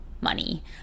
Money